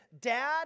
dad